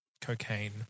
cocaine